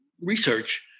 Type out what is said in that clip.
research